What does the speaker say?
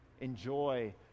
Enjoy